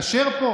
קואליציה מדירה,